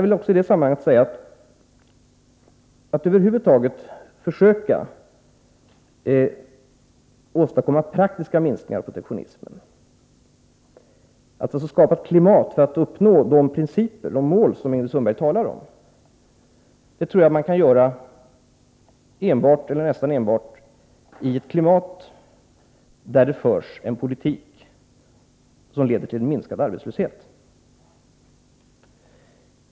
Ibland har som sagt oppositionen velat ha ett större skydd. Att åstadkomma praktiska minskningar av protektionismen, alltså att uppnå de mål som Ingrid Sundberg talar om, tror jag är möjligt enbart eller nästan enbart i ett klimat där det förs en politik som leder till en minskad arbetslöshet.